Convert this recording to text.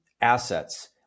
assets